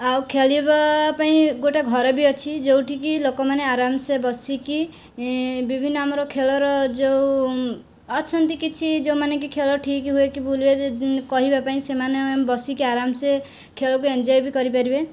ଆଉ ଖେଳିବା ପାଇଁ ଗୋଟେ ଘର ବି ଅଛି ଯେଉଁଠିକି ଲୋକମାନେ ଆରାମସେ ବସିକି ବିଭିନ୍ନ ଆମର ଖେଳର ଯେଉଁ ଅଛନ୍ତି କିଛି ଯେଉଁମାନେକି ଖେଳ ଠିକ ହୁଏ କି ଭୁଲ ହୁଏ କହିବା ପାଇଁ ସେମାନେ ବସିକି ଆରାମସେ ଖେଳକୁ ଏଞ୍ଜୟ ବି କରିପାରିବେ